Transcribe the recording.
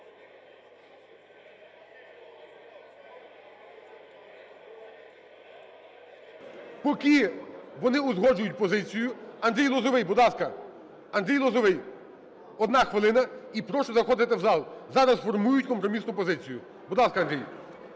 Поки вони узгоджують позицію, Андрій Лозовий, будь ласка. Андрій Лозовий, одна хвилина. І прошу заходити в зал. Зараз формують компромісну позицію. Будь ласка, Андрій.